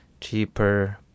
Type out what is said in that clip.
cheaper